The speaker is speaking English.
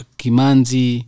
kimanzi